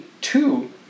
two